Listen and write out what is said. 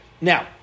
Now